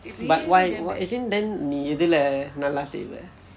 but why as in then எதுல நல்லா செய்வே:ethula nallaa seyvae